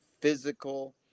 physical